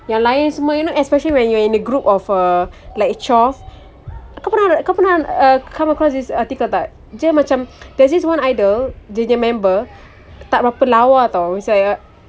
yang lain semua you know especially when you're in a group of uh like ch~ of kau pernah kau pernah uh come across this article tak dia macam there's this one idol dia punya member tak berapa lawa [tau] macam